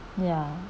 ya